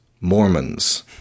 Mormons